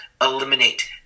eliminate